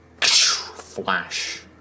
flash